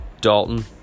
Dalton